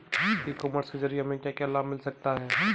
ई commerce के ज़रिए हमें क्या क्या लाभ मिल सकता है?